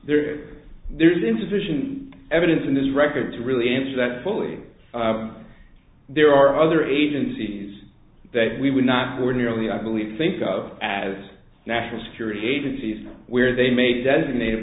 there there is insufficient evidence in this record to really answer that fully there are other agencies that we would not ordinarily i believe think of as national security agencies where they may be designated